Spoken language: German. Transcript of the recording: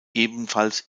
ebenfalls